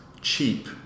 cheap